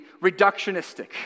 reductionistic